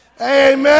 Amen